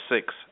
six